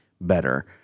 better